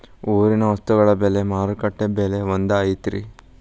ಊರಿನ ವಸ್ತುಗಳ ಬೆಲೆ ಮಾರುಕಟ್ಟೆ ಬೆಲೆ ಒಂದ್ ಐತಿ?